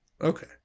Okay